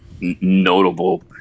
notable